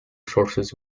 sources